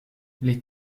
les